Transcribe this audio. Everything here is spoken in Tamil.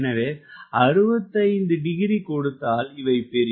எனவே 65 டிகிரி கொடுத்தால் இவை பிரியும்